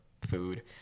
food